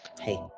Hey